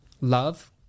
love